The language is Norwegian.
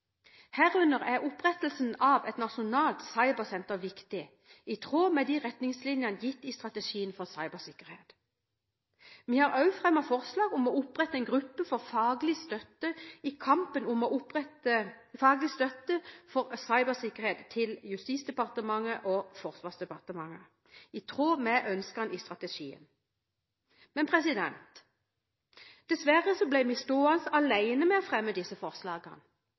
Herunder er opprettelsen av et nasjonalt cybersenter viktig, i tråd med retningslinjene gitt i strategien for cybersikkerhet. Vi har også fremmet forslag om å opprette en gruppe for faglig støtte i kampen for cybersikkerhet til Justisdepartementet og Forsvarsdepartementet, i tråd med ønskene i strategien. Men dessverre ble vi stående alene om disse forslagene.